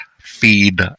feed